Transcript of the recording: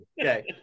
okay